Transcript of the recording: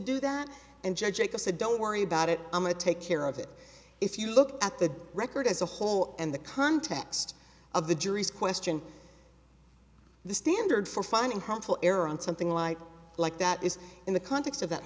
do that and judge said don't worry about it i'm a take care of it if you look at the record as a whole and the context of the jury's question the standard for finding harmful error on something light like that is in the context of that